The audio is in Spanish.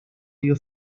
dio